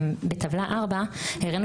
בטבלה 4 הראנו